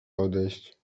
odejść